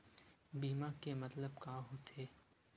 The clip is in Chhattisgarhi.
बीमा के मतलब का होथे?